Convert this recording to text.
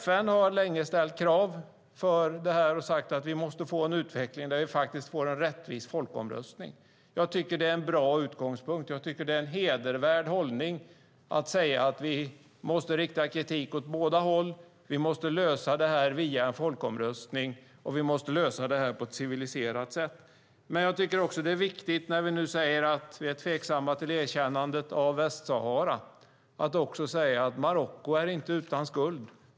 FN har länge ställt krav på det här och sagt att vi måste få en utveckling med en rättvis folkomröstning. Jag tycker att det är en bra utgångspunkt. Det är en hedervärd hållning att säga att vi måste rikta kritik mot båda håll. Vi måste lösa det här via en folkomröstning. Vi måste lösa det här på ett civiliserat sätt. När vi nu säger att vi är tveksamma till erkännandet av Västsahara tycker jag att det är viktigt att också säga att Marocko inte är utan skuld.